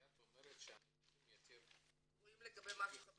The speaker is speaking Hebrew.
כשאת אומרת שהנתונים יותר --- גרועים לגבי מה שחבר